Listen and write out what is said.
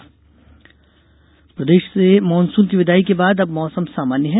प्रदेश मौसम प्रदेश से मॉनसून की विदाई के बाद अब मौसम सामान्य है